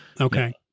Okay